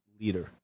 leader